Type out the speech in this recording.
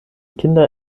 kinder